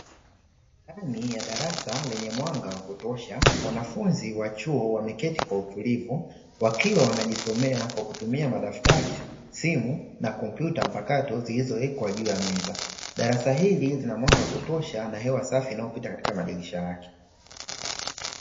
Ndani ya darasa lenye mwanga wa kutosha wanafunzi wa chuo wameketi kwa utulivu wakiwa wanajisomea kwa kutumia madaftari, simu na kompyuta mpakato zilizowekwa juu ya meza. Darasa hili lina mwanga wa kutosha na hewa safi inayopita katika madirisha yake.